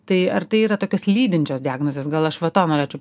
tai ar tai yra tokios lydinčios diagnozės gal aš va to norėčiau